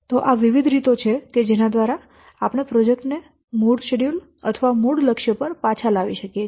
તો આ વિવિધ રીતો છે કે જેના દ્વારા આપણે પ્રોજેક્ટ ને મૂળ શેડ્યૂલ અથવા મૂળ લક્ષ્ય પર પાછા લાવી શકીએ